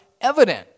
evident